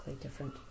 different